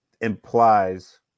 implies